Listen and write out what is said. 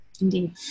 Indeed